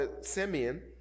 Simeon